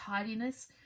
tidiness